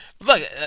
Look